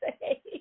say